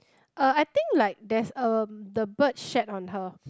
uh I think like there's a the bird shat on her